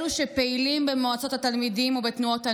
אלו שפעילים במועצות התלמידים ובתנועות הנוער,